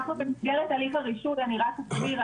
אנחנו במסגרת הליך הרישות, אני רק אסביר.